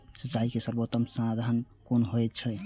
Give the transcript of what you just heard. सिंचाई के सर्वोत्तम साधन कुन होएत अछि?